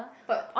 but